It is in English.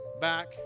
back